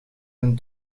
een